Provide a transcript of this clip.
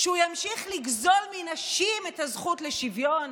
שהוא ימשיך לגזול מנשים את הזכות לשוויון,